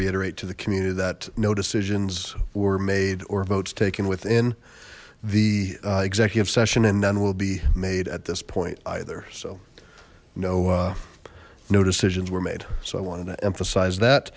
reiterate to the community that no decisions were made or votes taken within the executive session and then will be made at this point either so no no decisions were made so i wanted to emphasize that